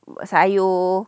sayur